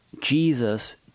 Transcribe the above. Jesus